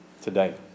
Today